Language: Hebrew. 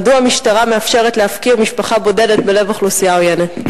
מדוע המשטרה מאפשרת להפקיר משפחה בודדת בלב אוכלוסייה עוינת?